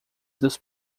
dos